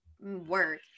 work